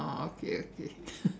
oh okay okay